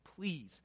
please